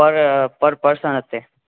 પર પર પર્સન હશે